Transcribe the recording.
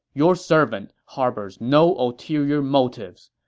your servant harbors no ulterior motives.